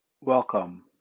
Welcome